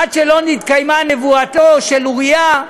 עד שלא נתקיימה נבואתו של אוריה,